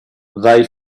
they